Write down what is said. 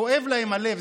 כואב להם הלב.